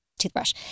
toothbrush